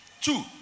Two